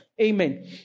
Amen